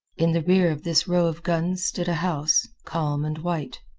in the rear of this row of guns stood a house, calm and white,